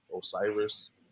Osiris